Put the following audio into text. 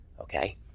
Okay